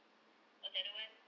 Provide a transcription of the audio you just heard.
what the other one